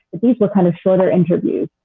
these were kind of shorter interviews.